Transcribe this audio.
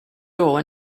door